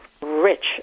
rich